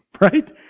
Right